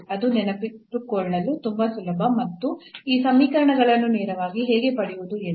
ಅದು ನೆನಪಿಟ್ಟುಕೊಳ್ಳಲು ತುಂಬಾ ಸುಲಭ ಮತ್ತು ಈ ಸಮೀಕರಣಗಳನ್ನು ನೇರವಾಗಿ ಹೇಗೆ ಪಡೆಯುವುದು ಎಂದು